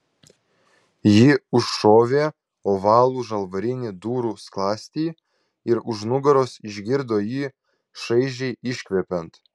ji užšovė ovalų žalvarinį durų skląstį ir už nugaros išgirdo jį šaižiai iškvepiant